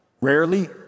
Rarely